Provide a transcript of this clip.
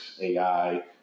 AI